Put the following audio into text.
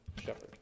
shepherd